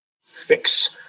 fix